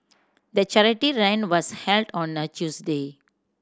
the charity run was held on a Tuesday